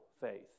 faith